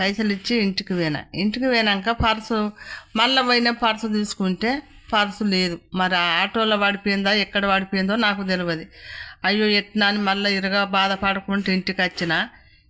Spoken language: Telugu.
పైసలు ఇచ్చి ఇంటికి పోయిన ఇంటికి పోయినాంక పర్స్ మళ్ళీ పోయిన పర్స్ చూసుకుంటే పర్స్ లేదు మరి ఆటోలో పడిపోయింద ఎక్కడ పడిపోయిందో నాకు తెలిదు అయ్యో ఎలా అని మళ్ళీ ఇరగా భాదపడకుంటూ ఇంటికచ్చిన